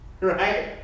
right